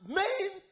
main